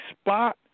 spot